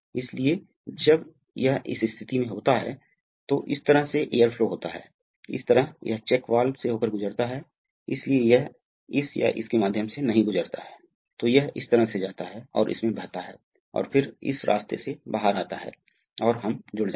तो यह स्थिति है और अतः सिलेंडर H ऊपर जा रहा है यह चक्र का पहला चरण है कुछ समय बाद ऐसा होगा कि सिलेंडर H बंद हो जाएगा